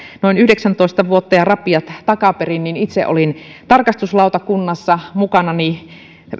noin yhdeksäntoista vuotta ja rapiat takaperin itse olin tarkastuslautakunnassa mukanani